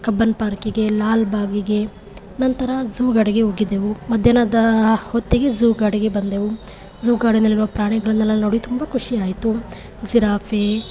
Cubbon ಪಾರ್ಕಿಗೆ ಲಾಲ್ಬಾಗಿಗೆ ನಂತರ ಝೂ ಗಾಡಿಗೆ ಹೋಗಿದ್ದೆವು ಮಧ್ಯಾಹ್ನದ ಹೊತ್ತಿಗೆ ಝೂ ಗಾಡಿಗೆ ಬಂದೆವು ಝೂ ಗಾಡಿನಲ್ಲಿರುವ ಪ್ರಾಣಿಗಳನ್ನೆಲ್ಲ ನೋಡಿ ತುಂಬ ಖುಷಿಯಾಯಿತು ಜಿರಾಫೆ